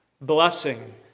Blessing